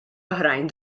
oħrajn